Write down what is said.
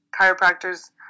chiropractors